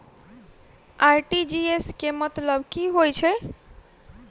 RTGS केँ मतलब की होइ हय?